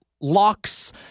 locks